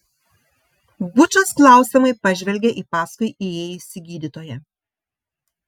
bučas klausiamai pažvelgė į paskui įėjusį gydytoją